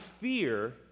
fear